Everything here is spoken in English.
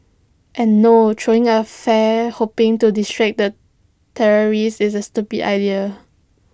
and no throwing A flare hoping to distract the terrorist is A stupid idea